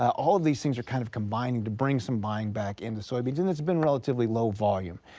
all of these things are kind of combining to bring some buying back into soybeans and it has been relatively low volume.